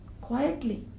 quietly